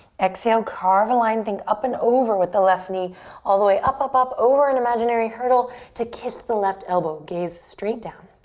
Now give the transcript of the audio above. exhale, carve a line. think up and over with the left knee all the way up, up, up, over an imaginary hurdle to kiss the left elbow. gaze straight down.